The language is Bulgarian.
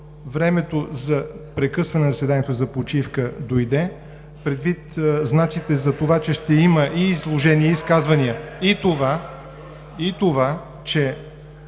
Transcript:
времето за прекъсване на заседанието за почивка дойде. Предвид знаците за това, че ще има и изложение, и изказвания (реплики